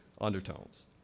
undertones